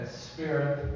spirit